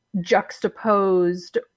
juxtaposed